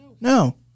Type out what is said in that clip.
No